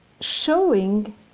Showing